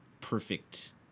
perfect